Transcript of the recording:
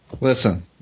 Listen